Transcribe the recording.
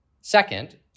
Second